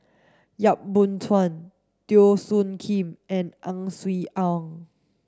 Yap Boon Chuan Teo Soon Kim and Ang Swee Aun